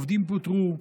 עובדים פוטרו,